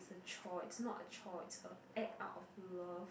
the chore it's not a chore it's a act out of love